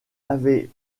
avait